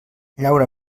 llaura